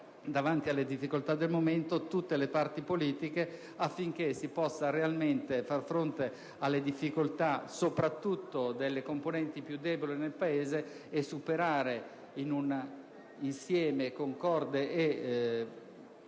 davanti alle difficoltà del momento, tutte le parti politiche affinché si possa realmente far fronte alle difficoltà soprattutto delle componenti più deboli del Paese e superare, in un insieme concorde e